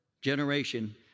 generation